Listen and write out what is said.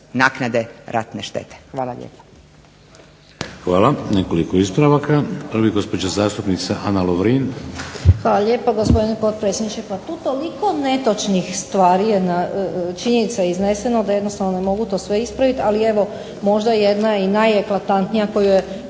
naknade ratne štete.